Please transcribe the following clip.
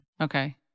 Okay